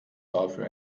dafür